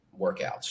workouts